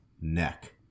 neck